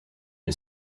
had